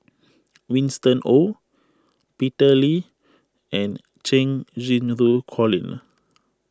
Winston Oh Peter Lee and Cheng Xinru Colin